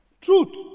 Truth